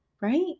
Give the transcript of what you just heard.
right